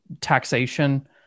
Taxation